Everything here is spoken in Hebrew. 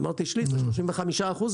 אמרתי שליש ואומרים שזה 35 אחוז,